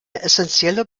essenzieller